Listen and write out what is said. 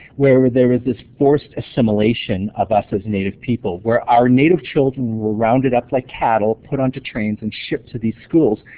where there was this forced assimilation of us as native people, where our native children were rounded up like cattle, put on to trains and shipped to these schools,